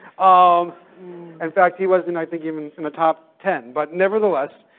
um in fact, he wasn't, i think, even in the top ten. but nevertheless,